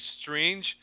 strange